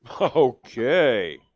Okay